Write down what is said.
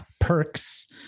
perks